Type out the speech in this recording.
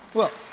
well